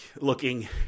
looking